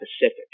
pacific